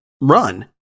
run